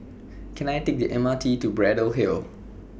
Can I Take The M R T to Braddell Hill